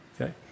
Okay